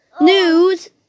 news